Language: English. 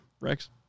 Rex